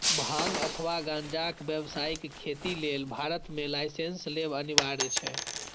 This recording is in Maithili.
भांग अथवा गांजाक व्यावसायिक खेती लेल भारत मे लाइसेंस लेब अनिवार्य छै